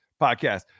podcast